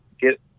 get